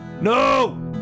No